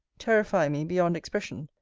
terrify me beyond expression,